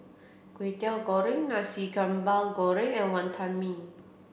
Kwetiau Goreng Nasi Sambal Goreng and Wonton Mee